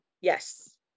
Yes